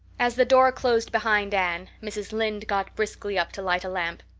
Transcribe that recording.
as the door closed behind anne mrs. lynde got briskly up to light a lamp.